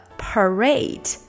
parade 。